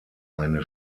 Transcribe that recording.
eine